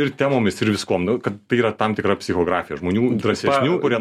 ir temomis ir viskuom nu kad tai yra tam tikra psichografija žmonių drąsesnių kurie